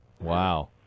Wow